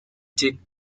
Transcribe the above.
tip